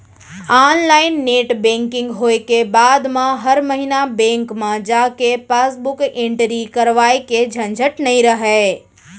online net banking होय के बाद म हर महिना बेंक म जाके पासबुक एंटरी करवाए के झंझट नइ रहय